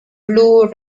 blue